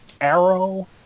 Arrow